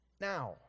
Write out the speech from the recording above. now